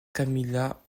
camilla